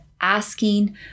asking